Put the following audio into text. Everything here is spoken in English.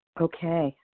okay